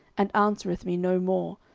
and answereth me no more,